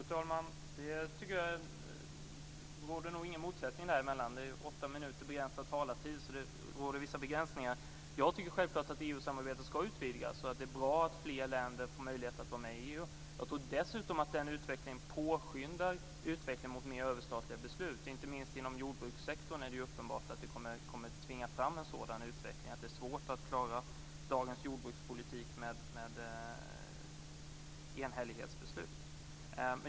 Fru talman! Det råder nog ingen motsättning därvidlag. Talartiden är bara åtta minuter, så det råder vissa begränsningar. Jag tycker självklart att EU samarbetet ska utvidgas och att det är bra att fler länder får möjlighet att vara med i EU. Jag tror dessutom att den utvecklingen påskyndar utvecklingen mot mer överstatliga beslut. Inte minst inom jordbrukssektorn är det ju uppenbart att det här kommer att tvinga fram en sådan utveckling. Det är svårt att klara dagens jordbrukspolitik med enhällighetsbeslut.